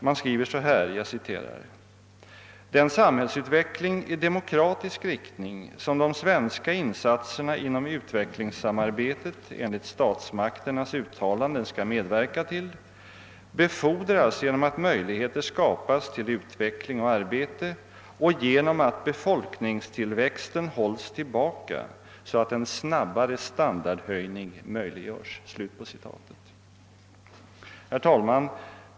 Utskottet skriver: »Den samhällsutveckling i demokratisk riktning, som de svenska insatserna inom utvecklingssamarbetet enligt statsmakternas uttalanden skall medverka till, befordras genom att möjligheter skapas till utveckling och arbete och genom att befolkningstillväxten hålls tillbaka så att en snabbare standardhöjning möjliggÖrS.» Herr talman!